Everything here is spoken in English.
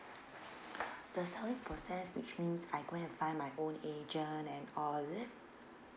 the selling process which means I go and buy my own agent and all is it